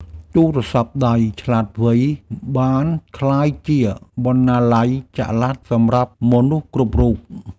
ទូរស័ព្ទដៃឆ្លាតវៃ បានក្លាយជាបណ្ណាល័យចល័តសម្រាប់មនុស្សគ្រប់រូប។